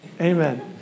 amen